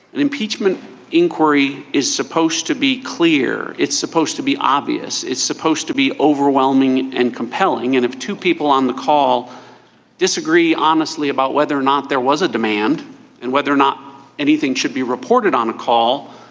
an impeachment inquiry is supposed to be clear. it's supposed to be obvious it's supposed to be overwhelming and compelling and if two people on the call disagree honestly about whether or not there was a demand and whether or not anything should be reported on a call.